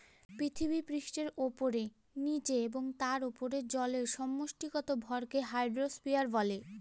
পৃথিবীপৃষ্ঠের উপরে, নীচে এবং তার উপরে জলের সমষ্টিগত ভরকে হাইড্রোস্ফিয়ার বলে